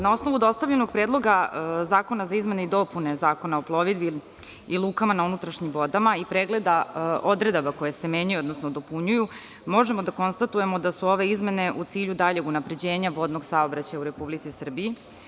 Na osnovu dostavljenog Predloga zakona za izmene i dopune Zakona o plovidbi i lukama na unutrašnjim vodama i pregleda odredaba koje se menjaju, odnosno dopunjuju, možemo da konstatujemo da su ove izmene u cilju daljeg unapređenja vodnog saobraćaja u Republici Srbiji.